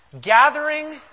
Gathering